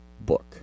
book